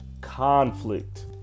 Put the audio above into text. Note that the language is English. Conflict